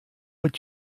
would